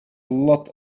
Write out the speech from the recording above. lot